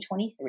2023